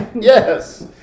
Yes